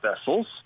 vessels